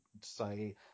say